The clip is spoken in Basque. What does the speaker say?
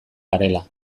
garela